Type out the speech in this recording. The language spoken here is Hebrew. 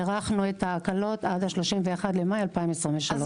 הארכנו את ההקלות עד 31 במאי 2023. אז